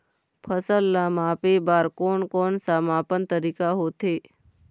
फसल ला मापे बार कोन कौन सा मापन तरीका होथे?